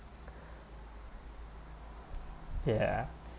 ya